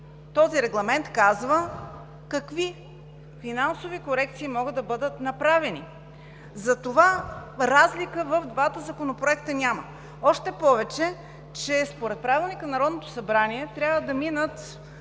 Този регламент казва какви финансови корекции могат да бъдат направени. Затова разлика в двата законопроекта няма, още повече че според Правилника за организацията и